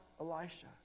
Elisha